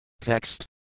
text